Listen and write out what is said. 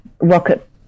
rocket